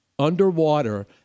underwater